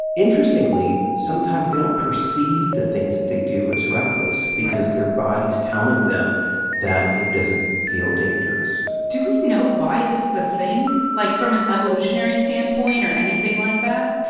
interestingly, sometimes they don't perceive the things that they do as reckless. right. because their body's telling them that it doesn't feel dangerous do we know why this is a thing, like from an evolutionary standpoint or anything like that?